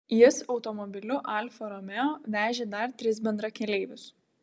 jis automobiliu alfa romeo vežė dar tris bendrakeleivius